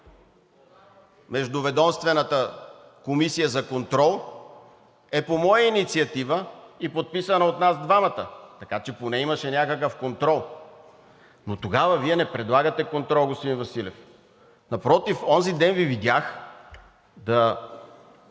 Междуведомствената комисия за контрол, е по моя инициатива и подписана от нас двамата, така че поне имаше някакъв контрол. Но тогава Вие не предлагате контрол, господин Василев, напротив, онзи ден Ви видях много